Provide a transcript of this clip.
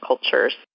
cultures